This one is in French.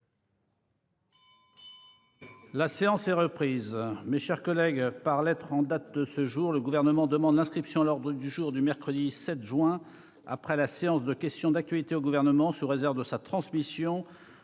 Mes chers collègues, par lettre en date de ce jour, le Gouvernement demande l'inscription à l'ordre du jour du mercredi 7 juin, après la séance de questions d'actualité au Gouvernement, sous réserve de sa transmission,